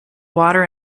water